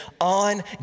on